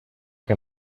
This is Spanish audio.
que